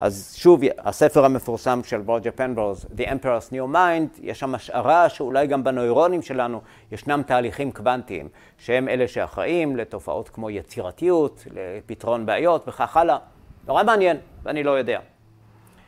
‫אז שוב, הספר המפורסם ‫של רוג'ר פנרוז, ‫The Emperor's New Mind, יש שם השערה ‫שאולי גם בנוירונים שלנו ‫ישנם תהליכים קוונטיים ‫שהם אלה שאחראים ‫לתופעות כמו יצירתיות, ‫לפתרון בעיות וכך הלאה. ‫נורא מעניין, ואני לא יודע.